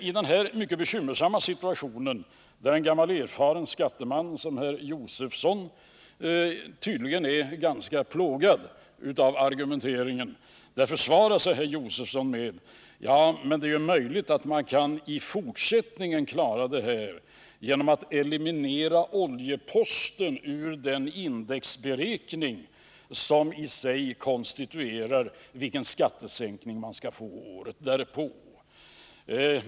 I den här mycket bekymmersamma situationen försvarar sig Stig Josefson — som är en gammal erfaren skatteman och som tydligen är ganska plågad av argumenteringen — med att säga, att det är möjligt att man i fortsättningen kan klara det här genom att eliminera oljeposten ur den indexberäkning som i sig konstituerar vilken skattesänkning man skall få året därpå.